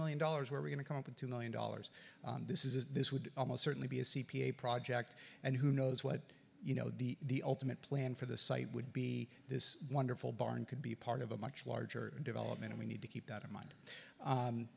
million dollars where we're going to compensate million dollars this is this would almost certainly be a c p a project and who knows what you know the ultimate plan for the site would be this wonderful barn could be part of a much larger development and we need to keep that in mind